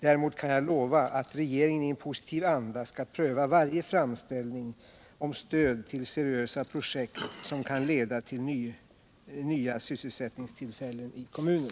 Däremot kan jag lova att regeringen i en positiv anda skall pröva varje framställning om stöd till seriösa projekt som kan leda till nya sysselsättningstillfällen i kommunen.